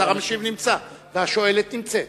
השר המשיב נמצא והשואלת נמצאת.